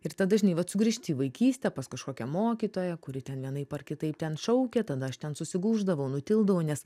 ir tada žinai vat sugrįžti į vaikystę pas kažkokią mokytoją kuri ten vienaip ar kitaip ten šaukė tada aš ten susigūždavau nutildavau nes